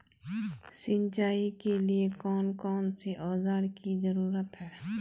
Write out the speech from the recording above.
सिंचाई के लिए कौन कौन से औजार की जरूरत है?